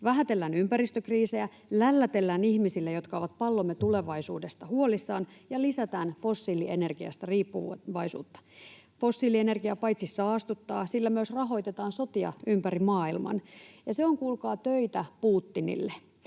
Vähätellään ympäristökriisejä, lällätellään ihmisille, jotka ovat pallomme tulevaisuudesta huolissaan, ja lisätään fossiilienergiasta riippuvaisuutta. Fossiilienergia paitsi saastuttaa, sillä myös rahoitetaan sotia ympäri maailman, ja se on, kuulkaa, töitä Putinille